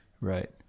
Right